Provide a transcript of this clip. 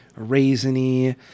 raisiny